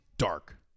Dark